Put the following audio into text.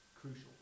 crucial